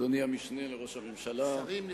אדוני המשנה לראש הממשלה, שרים נכבדים.